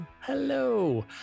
Hello